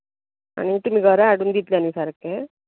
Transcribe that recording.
आनी तुमी घरा हाडून दितलें न्ही सारकें